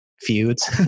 feuds